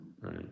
Right